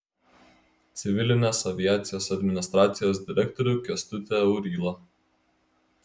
civilinės aviacijos administracijos direktorių kęstutį aurylą